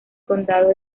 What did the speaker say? condado